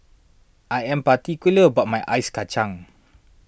I am particular about my Ice Kachang